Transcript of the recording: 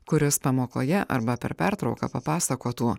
kuris pamokoje arba per pertrauką papasakotų